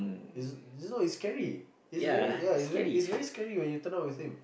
it's it's no it's scary it's very yeah it's very scary when you turn out with him